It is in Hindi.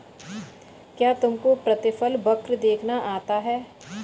क्या तुमको प्रतिफल वक्र देखना आता है?